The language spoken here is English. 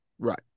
Right